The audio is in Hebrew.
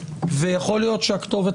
ויכול להיות שהכתובת,